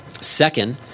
Second